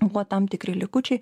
buvo tam tikri likučiai